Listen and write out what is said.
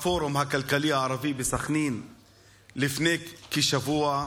הכלכלי הערבי בסח'נין לפני כשבוע,